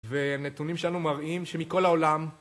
ונתונים שלנו מראים שמכל העולם